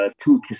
two